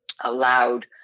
allowed